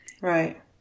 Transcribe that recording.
Right